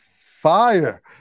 fire